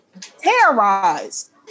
terrorized